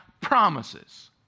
promises